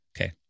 Okay